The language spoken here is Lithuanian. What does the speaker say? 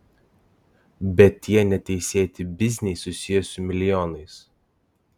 bet tie neteisėti bizniai susiję su milijonais